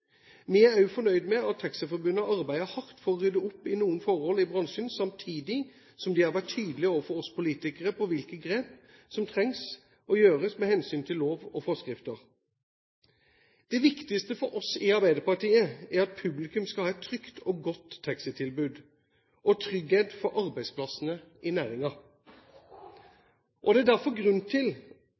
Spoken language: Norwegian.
Vi er også fornøyde med at Norges Taxiforbund arbeider hardt for å rydde opp i noen forhold i bransjen, samtidig som de har vært tydelige overfor oss politikere på hvilke grep man trenger å gjøre med hensyn til lov og forskrifter. Det viktigste for oss i Arbeiderpartiet er at publikum skal ha et trygt og godt taxitilbud og trygghet for arbeidsplassene i næringen. Det er derfor grunn til